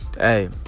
hey